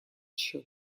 счет